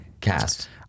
cast